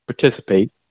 participate